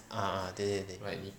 ah ah 对对对